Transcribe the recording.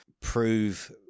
prove